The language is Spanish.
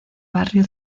barrio